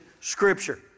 scripture